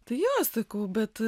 tai jo sakau bet